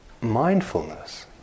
mindfulness